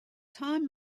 time